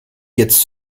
jetzt